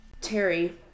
Terry